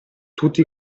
tutti